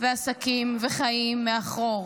ועסקים וחיים מאחור.